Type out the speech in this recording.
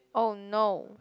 !oh no!